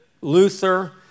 Luther